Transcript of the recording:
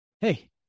Hey